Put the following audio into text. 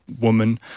woman